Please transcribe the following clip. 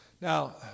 Now